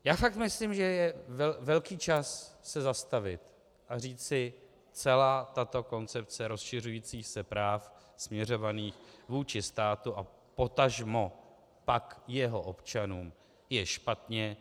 Já fakt myslím, že je velký čas se zastavit a říct si: celá tato koncepce rozšiřujících se práv směřovaných vůči státu a potažmo pak i jeho občanům je špatně.